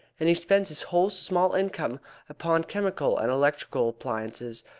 and he spends his whole small income upon chemical and electrical appliances,